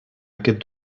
aquest